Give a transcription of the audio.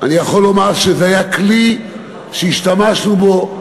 אני יכול לומר שזה היה כלי שהשתמשנו בו,